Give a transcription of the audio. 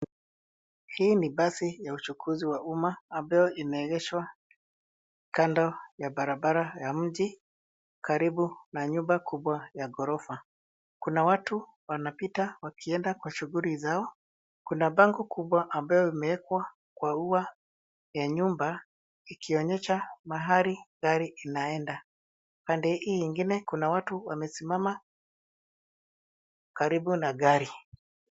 Hii ni basi ya uchukuzi wa ambayo imeegeshwa kando ya barabara ya mji karibu na nyumba kubwa ya gorofa. Kuna watu wanapita wakienda kwa shughuli zao. Kuna bango kubwa ambayo imewekwa kwa ua ya nyumba ikionyesha mahali gari inaenda. Pande hii ingine kuna watu wamesimama karibu na gari.